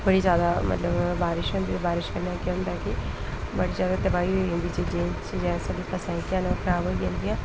बड़ी ज्यादा मतलब बारिश होंदी बारिश कन्नै केह् होंदा कि बड़ी ज्यादा तबाही होई जंदी चीजें च ते फसलां जेह्कियां न ओह् खराब होई जंदियां न